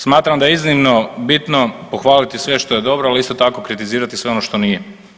Smatram da je iznimno bitno pohvaliti sve što je dobro, ali isto tako kritizirati sve ono što nije.